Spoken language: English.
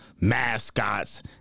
mascots